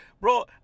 Bro